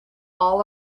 all